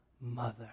mother